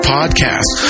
Podcast